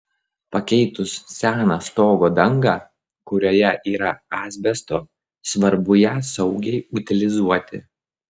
pakeitus seną stogo dangą kurioje yra asbesto svarbu ją saugiai utilizuoti